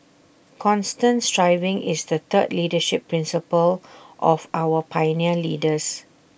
constant striving is the third leadership principle of our pioneer leaders